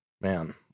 man